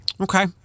okay